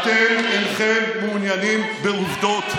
אתם אינכם מעוניינים בעובדות.